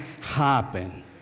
happen